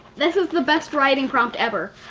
this is the best writing prompt ever.